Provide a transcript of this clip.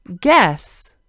guess